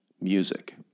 music